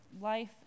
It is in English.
life